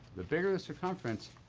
the bigger the circumference,